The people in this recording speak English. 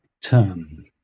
term